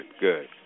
good